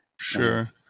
Sure